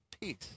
peace